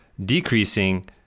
decreasing